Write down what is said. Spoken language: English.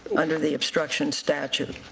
under the obstruction statute?